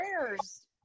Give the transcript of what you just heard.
prayers